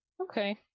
Okay